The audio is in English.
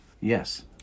Yes